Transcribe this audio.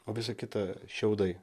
o visa kita šiaudai